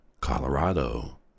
Colorado